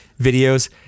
videos